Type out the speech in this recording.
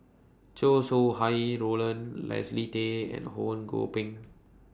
Chow Sau Hai Roland Leslie Tay and Ho Kwon Ping